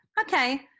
Okay